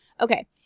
Okay